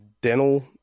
dental